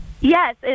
Yes